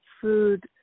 food